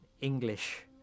English